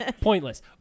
Pointless